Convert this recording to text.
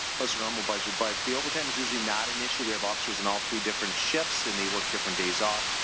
buster normal budget, but the overtime is usually not an issue. we have officers in all three different shifts and they work different days off.